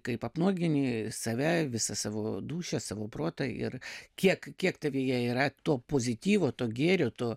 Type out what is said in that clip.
kaip apnuogini save visą savo dūšią savo protą ir kiek kiek tavyje yra to pozityvo to gėrio to